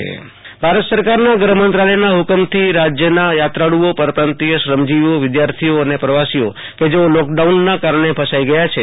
આશુતોષ અંતાણી કચ્છ આંતરરાજય હેરફેર ભારત સરકારના ગ્રહમંત્રાલયના હુકમથી રાજયના યાત્રાળઓ પરપ્રાંતિય શ્રમજીવીઓ વિદ્યાર્થિઓ અને પવાસીઓ કે જેઓ લોકડાઉનના કારણે ફસાઈ ગયા છે